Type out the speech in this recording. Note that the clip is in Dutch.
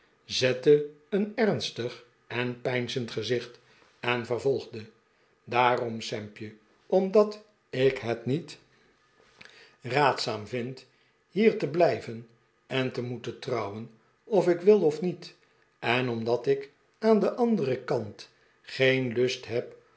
zette een ernstig en peinzend gezicht en vervolgde daarom sampje omdat ik het niet raadstiggins wordt koel ontvangen zaam vind hier te blijven en te moeten trouwen of ik wil of met en omdat ik aan den anderen kant geen lust heb